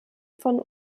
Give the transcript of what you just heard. von